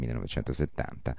1970